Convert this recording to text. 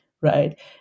right